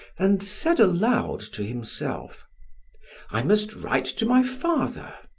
and said aloud to himself i must write to my father.